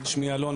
שמי אלון,